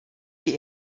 die